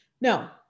Now